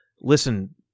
listen